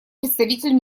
представитель